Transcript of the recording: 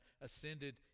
ascended